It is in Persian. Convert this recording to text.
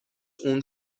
اون